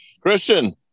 Christian